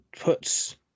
puts